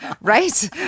right